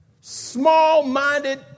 Small-minded